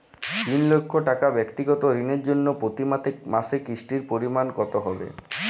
তিন লক্ষ টাকা ব্যাক্তিগত ঋণের জন্য প্রতি মাসে কিস্তির পরিমাণ কত হবে?